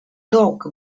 talk